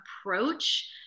approach